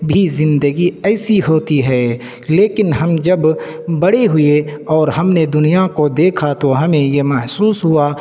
بھی زندگی ایسی ہوتی ہے لیکن ہم جب بڑے ہوئے اور ہم نے دنیا کو دیکھا تو ہمیں یہ محسوس ہوا